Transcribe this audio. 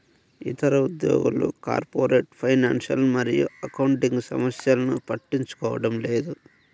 ఇతర ఉద్యోగులు corporate finance మరియు అకౌంటింగ్ సమస్యలను పట్టించుకోవడం లేదు